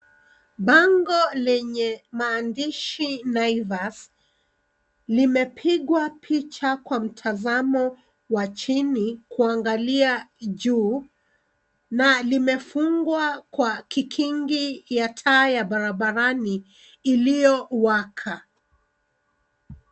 Bango lenye maandishi Naivas, limepigwa picha kwa mtazamo wa chini, kuangalia juu, na limefungwa kwa kikingi ya taa ya barabarani, iliyowaka.